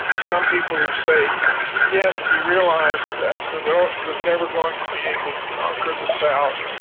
some people who say yes, he realised that the north was never going to be able to conquer the south,